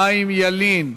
חיים ילין,